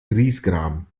griesgram